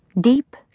Deep